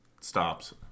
stops